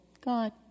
God